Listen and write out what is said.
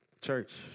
Church